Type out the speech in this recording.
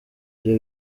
byo